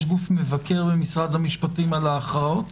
יש גוף מבקר במשרד המשפטים על ההכרעות?